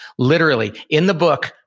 literally, in the book,